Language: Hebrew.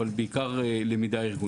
אבל בעיקר למידה ארגונית.